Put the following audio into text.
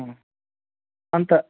अँ अन्त